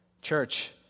Church